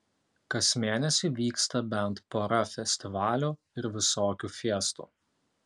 kas mėnesį vyksta bent pora festivalių ir visokių fiestų